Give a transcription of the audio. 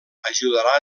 ajudarà